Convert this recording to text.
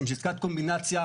משום שעסקת קומבינציה,